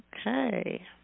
Okay